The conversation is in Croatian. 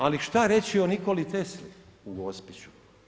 Ali šta reći o Nikoli Tesli u Gospiću?